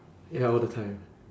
ya all the time